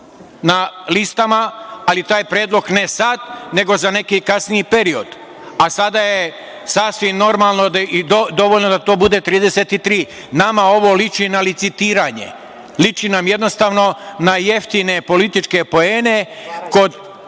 na listama, ali taj predlog ne sada, nego za neki kasniji period, a sada je sasvim normalno i dovoljno da to bude 33%.Nama ovo liči na licitiranje, liči nam jednostavno na jeftine političke poene